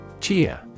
Chia